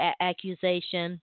accusation